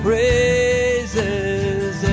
praises